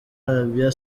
arabia